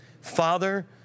Father